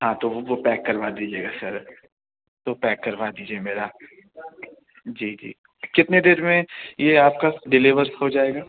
ہاں تو وہ پیک کروا دیجئے گا سر تو پیک کروا دیجیے میرا جی جی کتنے دیر میں یہ آپ کا ڈیلیور ہو جائے گا